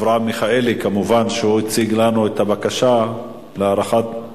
מיכאלי, שהציג לנו את הבקשה להארכת תוקף התקנות,